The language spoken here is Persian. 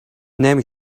نمی